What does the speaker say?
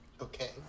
Okay